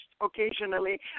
occasionally